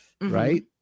right